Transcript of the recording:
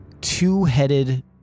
two-headed